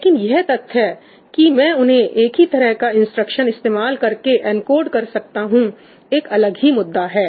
लेकिन यह तथ्य कि मैं उन्हें एक ही तरह का इंस्ट्रक्शन इस्तेमाल करके एनकोड कर सकता हूं एक अलग ही मुद्दा है